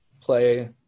play